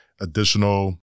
additional